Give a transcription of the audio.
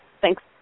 thanks